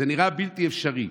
זה נראה בלתי אפשרי.